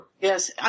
Yes